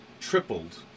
tripled